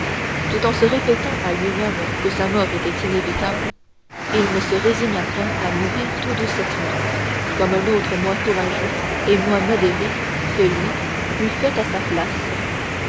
tout en se répétant à lui-même que sa mort était inévitable il ne se résigna point à mourir tout doucettement comme un autre moins courageux et moins modéré que lui eût fait à sa place